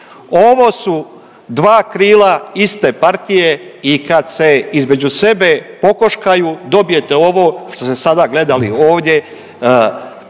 Ovo su dva krila iste partije i kad se između sebe pokoškaju dobijete ovo što ste sada gledali ovdje